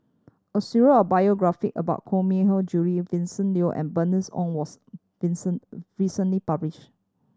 a of biography about Koh Mui Hiang Julie Vincent Leow and Bernice Ong was recently published